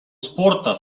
спорта